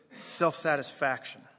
self-satisfaction